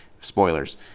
Spoilers